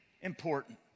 important